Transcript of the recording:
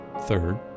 Third